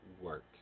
work